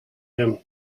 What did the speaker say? him